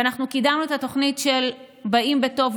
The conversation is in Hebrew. ואנחנו קידמנו את התוכנית "באים בטוב,